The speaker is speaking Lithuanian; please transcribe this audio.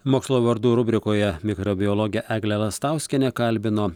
mokslo vardų rubrikoje mikrobiologe eglė lastauskienė kalbino